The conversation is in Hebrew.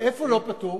איפה לא פטור?